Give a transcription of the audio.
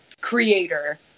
creator